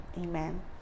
amen